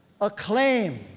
acclaim